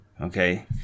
okay